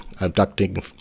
abducting